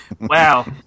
Wow